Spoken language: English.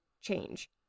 change